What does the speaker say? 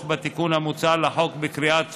בתיקון המוצע לחוק בקריאה טרומית,